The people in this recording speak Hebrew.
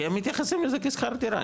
כי הם מתייחסים לזה כשכר דירה,